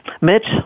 Mitch